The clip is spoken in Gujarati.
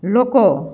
લોકો